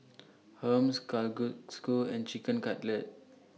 Hummus Kalguksu and Chicken Cutlet